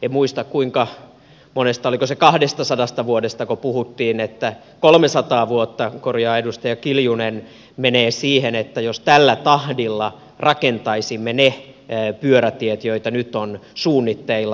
en muista kuinka monta vuotta siihen menee oliko se kaksisataa vuotta kun puhuttiin että kolmesataa vuotta korjaa edustaja kiljunen menee siihen jos tällä tahdilla rakentaisimme ne pyörätiet joita nyt on suunnitteilla